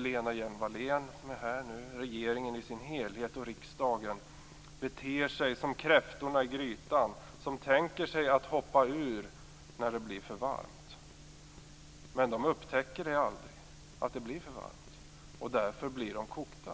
Lena Hjelm-Wallén, som är här nu, regeringen i sin helhet och riksdagen beter sig som kräftorna i grytan. De tänker sig att hoppa ur när det blir för varmt. Men de upptäcker aldrig att det blir för varmt, därför blir de kokta.